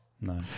No